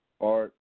art